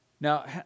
Now